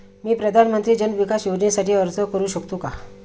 मी प्रधानमंत्री जन विकास योजनेसाठी अर्ज करू शकतो का?